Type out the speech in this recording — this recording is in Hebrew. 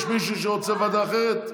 יש מישהו שרוצה ועדה אחרת?